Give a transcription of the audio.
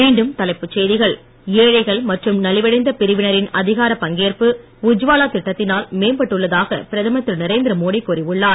மீண்டும் தலைப்புச் செய்திகள் ஏழைகள் மற்றும் நலிவடைந்த பிரிவினரின் அதிகார பங்கேற்பு உத்வாலா திட்டத்திலு் மேம்பட்டுள்ளதாக பிரதமர் திருநரேந்திர மோடி கூறியுள்ளார்